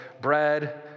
bread